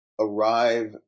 arrive